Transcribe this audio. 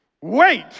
wait